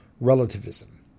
relativism